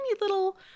little